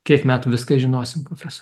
kiek metų viską žinosim profeso